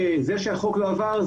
זה שהחוק לא עבר,